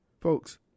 Folks